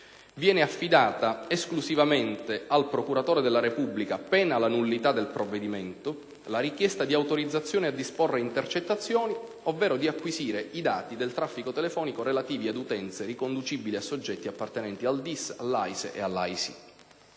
viene affidata esclusivamente al procuratore della Repubblica, pena la nullità del provvedimento, la richiesta di autorizzazione a disporre intercettazioni ovvero di acquisire i dati del traffico telefonico relativi ad utenze riconducibili a soggetti appartenenti al DIS, all'AISE e all'AISI.